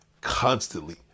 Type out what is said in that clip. constantly